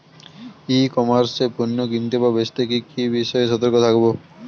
ই commerce এ পণ্য কিনতে বা বেচতে কি বিষয়ে সতর্ক থাকব?